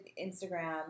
Instagram